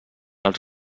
els